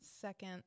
Second